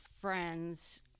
friends